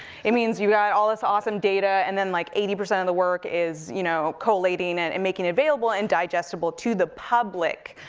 it means you've got all this awesome data, and then like eighty percent of the work is, you know, collating it, and and making it available, and digestible to the public.